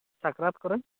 ᱥᱟᱠᱨᱟᱛ ᱠᱚᱨᱮ